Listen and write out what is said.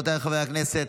רבותיי חברי הכנסת,